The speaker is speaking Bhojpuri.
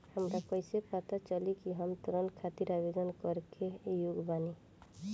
हमरा कईसे पता चली कि हम ऋण खातिर आवेदन करे के योग्य बानी?